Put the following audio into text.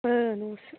न'सो